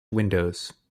windows